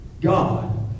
God